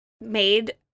made